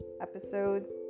Episodes